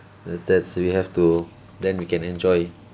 the that's we have to then we can enjoy